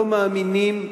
לא מאמינים,